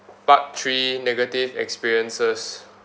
part three negative experiences